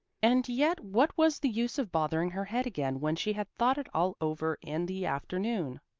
and yet what was the use of bothering her head again when she had thought it all over in the afternoon?